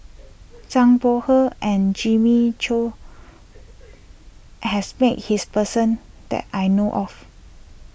Zhang Bohe and Jimmy Chok has met his person that I know of